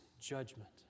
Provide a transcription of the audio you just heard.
judgment